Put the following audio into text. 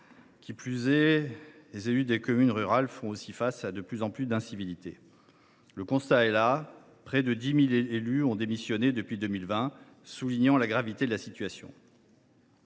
Qui plus est, les élus des communes rurales font face à de plus en plus d’incivilités. Le constat est là : près de 10 000 élus ont démissionné depuis 2020, ce qui souligne la gravité de la situation.